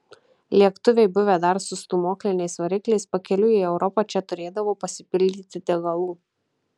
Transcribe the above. lėktuvai buvę dar su stūmokliniais varikliais pakeliui į europą čia turėdavo pasipildyti degalų